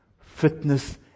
Fitness